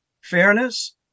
fairness